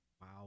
Wow